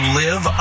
live